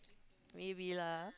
maybe lah